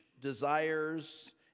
desires